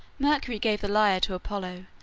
mercury gave the lyre to apollo,